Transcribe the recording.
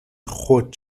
خود